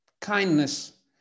kindness